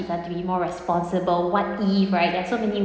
have to be more responsible what if right there're so many